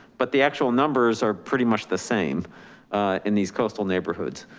but the actual numbers are pretty much the same in these coastal neighborhoods.